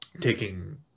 taking